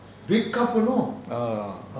ah